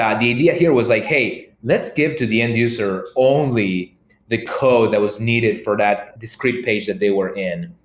um the idea here was like, hey, let's give to the end user only the code that was needed for that discreet page that they were in.